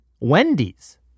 Wendy's